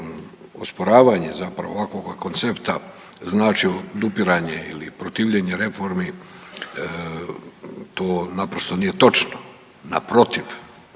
osporavanje zapravo ovakvoga koncepta znači odupiranje ili protivljenje reformi, to naprosto nije točno. Naprotiv,